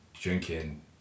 drinking